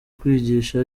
kwigisha